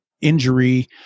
injury